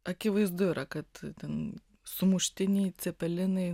akivaizdu yra kad ten sumuštiniai cepelinai